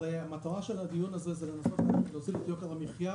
הרי המטרה של הדיון הזה זה לנסות להוזיל את יוקר המחיה